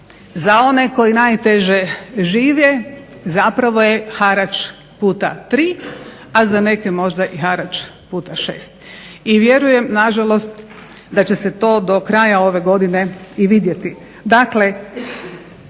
za one koji najteže žive zapravo je harač puta 3, a za neke možda i harač puta 6. I vjerujem nažalost da će se to do kraja ove godine i vidjeti.